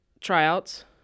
tryouts